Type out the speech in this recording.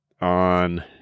on